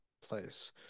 place